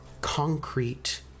concrete